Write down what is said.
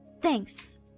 Thanks